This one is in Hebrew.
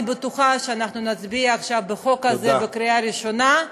אני בטוחה שאנחנו נצביע עכשיו על החוק הזה בקריאה הראשונה,